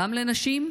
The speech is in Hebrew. גם לנשים,